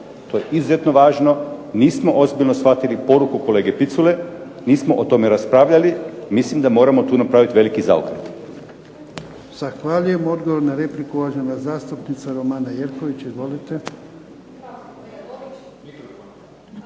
To je izuzetno važno. Nismo ozbiljno shvatili poruku kolege Picule, nismo o tome raspravljali. Mislim da moramo tu napraviti veliki zaokret.